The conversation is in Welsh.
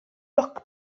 lwc